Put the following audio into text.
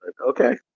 Okay